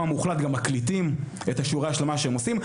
המוחלט גם מקליטים את שיעורי ההשלמה שהם עושים.